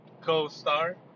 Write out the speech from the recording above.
co-star